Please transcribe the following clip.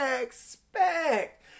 Expect